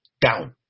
down